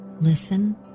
Listen